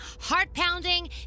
heart-pounding